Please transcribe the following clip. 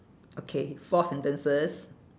okay four sentences